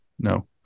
No